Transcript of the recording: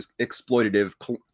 exploitative